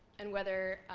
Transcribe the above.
and whether